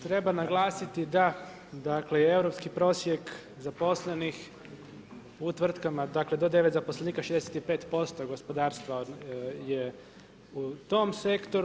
Treba naglasiti da, dakle i europski prosjek zaposlenih u tvrtkama dakle do 9 zaposlenika 65% gospodarstva je u tom sektoru.